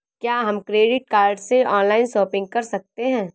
क्या हम credit card से ऑनलाइन शॉपिंग कर सकते हैं?